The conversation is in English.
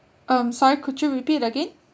um sorry could you repeat again